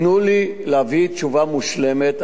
תנו לי להביא תשובה מושלמת.